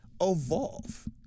evolve